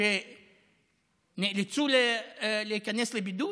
שנאלצו להיכנס לבידוד.